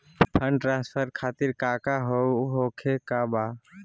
Fund transfer खातिर काका होखे का बा?